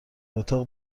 اتاق